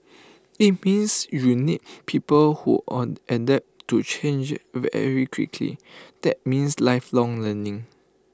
IT means you need people who on adapt to change very quickly that means lifelong learning